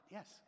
Yes